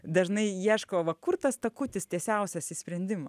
dažnai ieško va kur tas takutis tiesiausias į sprendimą